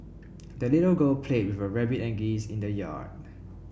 the little girl played with her rabbit and geese in the yard